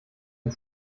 und